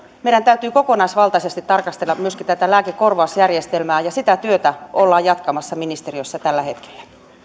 meidän täytyy kokonaisvaltaisesti tarkastella myöskin tätä lääkekorvausjärjestelmää ja sitä työtä ollaan jatkamassa ministeriössä tällä hetkellä